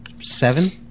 seven